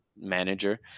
manager